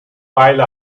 weile